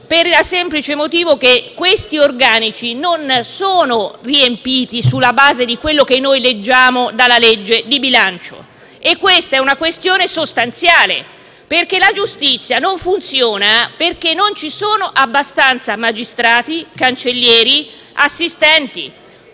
per il semplice motivo che questi organici non sono riempiti sulla base di quello che noi leggiamo nella legge di bilancio. Si tratta di una questione sostanziale, dal momento che la giustizia non funziona perché non ci sono abbastanza magistrati, cancellieri e assistenti.